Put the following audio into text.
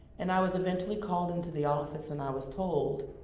and i was eventually called into the office, and i was told